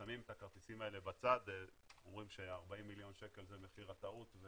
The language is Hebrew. ששמים את הכרטיסים האלה בצד ואומרים ש-40 מיליון שקל זה מחיר הטעות,